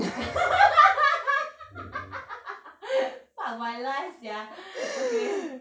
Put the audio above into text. fuck my life sia okay